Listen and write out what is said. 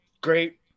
great